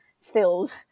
filled